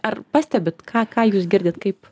ar pastebit ką ką jūs girdit kaip